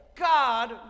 God